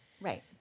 Right